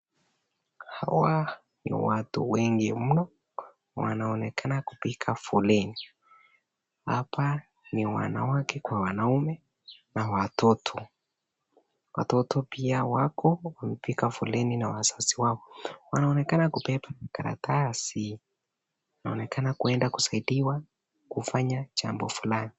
Hawa ni watu wengi mno wanaonekana kupiga foleni. Hapa ni wanawake kwa wanaume na watoto, watoto pia wako wamepiga foleni na wazazi wao. Wanaonekana kubeba makaratasi wanaonekana kwenda kusaidiwa kufanya jambo fulani.